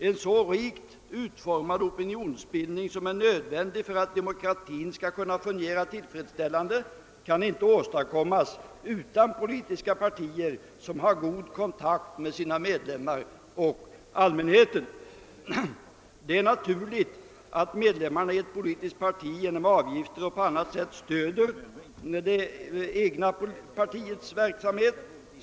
En så rikt utformad opinionsbildning som är nödvändig för att demokratin skall kunna fungera tillfredsställande kan inte åstadkommas utan politiska partier som har god kontakt med sina medlemmar och allmänheten. Det är naturligt att medlemmarna i ett politiskt parti genom avgifter och på annat sätt stöder det egna partiets verksamhet.